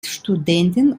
studenten